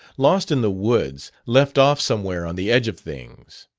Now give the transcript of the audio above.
lost in the woods, left off somewhere on the edge of things.